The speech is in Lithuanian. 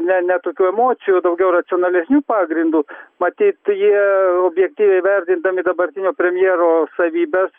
ne ne tokių emocijų daugiau racionalesniu pagrindu matyt jie objektyviai vertindami dabartinio premjero savybes